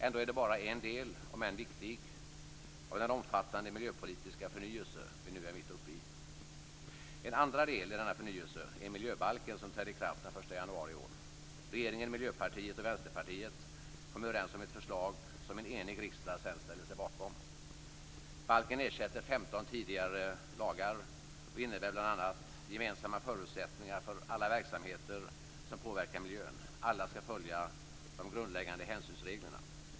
Ändå är det bara en del, om än viktig, av den omfattande miljöpolitiska förnyelse vi nu är mitt uppe i. En andra del i denna förnyelse är miljöbalken, som trädde i kraft den 1 januari i år. Regeringen, Miljöpartiet och Vänsterpartiet kom överens om ett förslag som en enig riksdag sedan ställde sig bakom. · Gemensamma förutsättningar för alla verksamheter som påverkar miljön. Alla skall följa de grundläggande hänsynsreglerna.